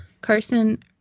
Carson